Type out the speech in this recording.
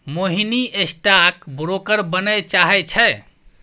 मोहिनी stock broker बनय चाहै छै